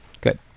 Good